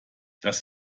das